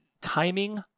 Timing